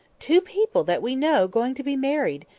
two people that we know going to be married.